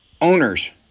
owners